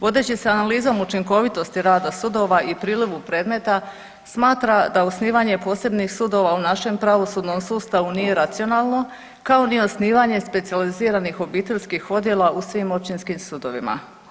Vodeći se analizom učinkovitosti rada sudova i prilivu predmeta smatra da osnivanje posebnih sudova u našem pravosudnom sustavu nije racionalno kao ni osnivanje specijaliziranih obiteljskih odjela u svim općinskim sudovima.